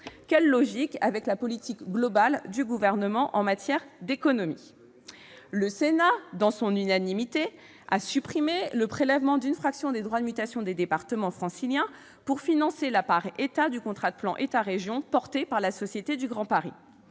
Quelle logique avec la politique globale du Gouvernement en matière d'économie ! Le Sénat, à l'unanimité, a supprimé le prélèvement d'une fraction des droits de mutation des départements franciliens pour financer la part État du contrat de plan État-région porté par la Société du Grand Paris.